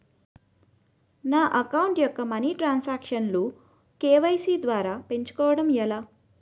నా అకౌంట్ యెక్క money transaction లు కే.వై.సీ ద్వారా పెంచుకోవడం ఎలా?